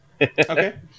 Okay